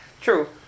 True